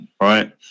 Right